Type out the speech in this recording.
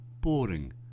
boring